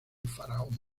faraón